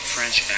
French